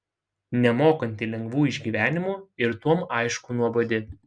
nemokanti lengvų išgyvenimų ir tuom aišku nuobodi